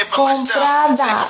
comprada